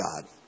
God